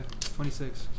26